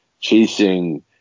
chasing